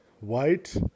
White